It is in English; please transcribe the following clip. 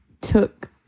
took